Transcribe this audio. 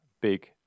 big